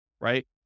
right